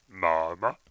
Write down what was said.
mama